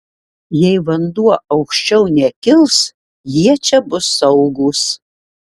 jei vanduo aukščiau nekils jie čia bus saugūs